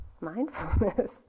mindfulness